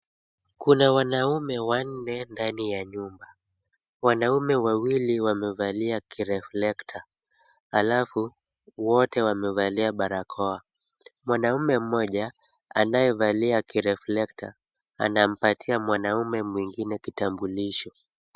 Kuna wanaume wanne ndani ya nyumba. Wanaume wawili wamevalia kireflector alafu wote wamevalia barakoa. Mwanaume mmoja anayevalia kireflector anampatia mwanaume mwingine kitambulisho.